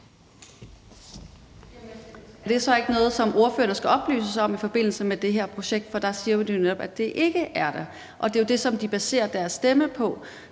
det så ikke noget, som ordførerne skal oplyses om i forbindelse med det her projekt? For der siger man jo, at det ikke er der, og det er det, som de baserer deres stemme på.